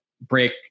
break